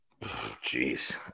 Jeez